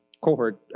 cohort